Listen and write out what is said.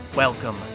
Welcome